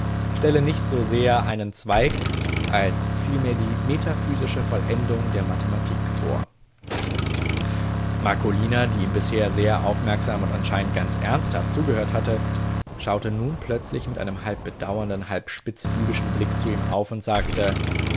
stelle nicht so sehr einen zweig als vielmehr die metaphysische vollendung der mathematik vor marcolina die ihm bisher sehr aufmerksam und anscheinend ganz ernsthaft zugehört hatte schaute nun plötzlich mit einem halb bedauernden halb spitzbübischen blick zu ihm auf und sagte